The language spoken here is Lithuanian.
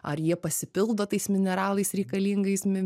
ar jie pasipildo tais mineralais reikalingais mi